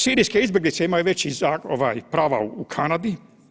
Sirijske izbjeglice imaju veća prava u Kanadi.